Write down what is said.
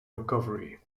recovery